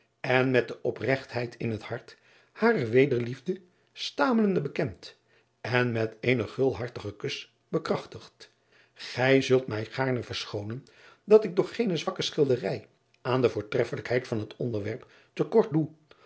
en met de opregtheid in het hart hare wederliefde stamelende bekent en met eenen gulhartigen kus bekrachtigt gij zult mij gaarne verschoonen dat ik door geene zwakke schilderij aan de voortreffelijkheid van het onderwerp te kort doe